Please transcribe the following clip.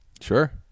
Sure